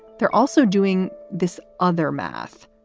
they're also doing this other math,